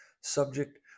subject